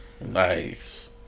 Nice